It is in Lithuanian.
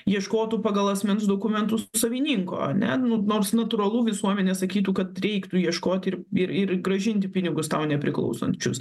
ieškotų pagal asmens dokumentus savininko ane nu nors natūralu visuomenė sakytų kad reiktų ieškoti ir ir ir grąžinti pinigus tau nepriklausančius